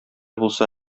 булса